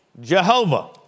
Jehovah